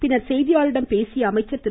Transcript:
பின்னர் செய்தியாளர்களிடம் பேசிய அமைச்சர் திரு